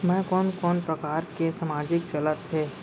मैं कोन कोन प्रकार के सामाजिक चलत हे?